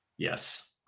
yes